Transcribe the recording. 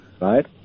right